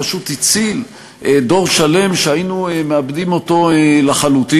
פשוט הציל דור שלם שהיינו מאבדים לחלוטין,